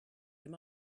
him